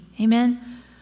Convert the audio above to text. amen